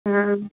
ହଁ